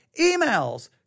emails